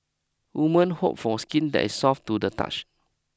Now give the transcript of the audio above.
women hope for skin that is soft to the touch